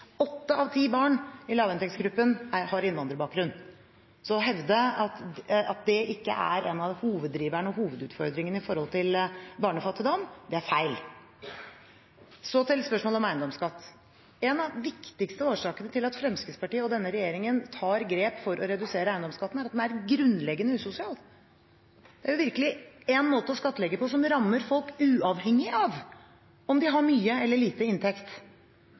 Åtte av ti barn i lavinntektsgruppen har innvandrerbakgrunn. Så å hevde at det ikke er en av hoveddriverne, hovedutfordringene, når det gjelder barnefattigdom, er feil. Så til spørsmålet om eiendomsskatt: En av de viktigste årsakene til at Fremskrittspartiet og denne regjeringen tar grep for å redusere eiendomsskatten, er at den er grunnleggende usosial. Det er virkelig en måte å skattlegge på som rammer folk uavhengig av om de har mye eller lite i inntekt.